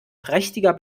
prächtiger